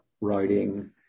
writing